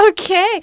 Okay